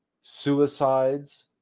suicides